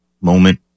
Moment